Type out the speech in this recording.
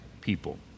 people